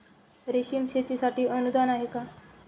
रेशीम शेतीसाठी अनुदान आहे का?